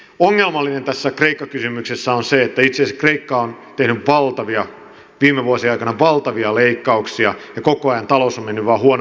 ongelmallista tässä kreikka kysymyksessä on se että itse asiassa kreikka on tehnyt viime vuosien aikana valtavia leikkauksia ja koko ajan talous on mennyt vain huonompaan suuntaan